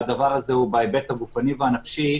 שהדבר הזה הוא בהיבט הגופני והנפשי,